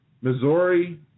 Missouri